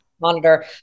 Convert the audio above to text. monitor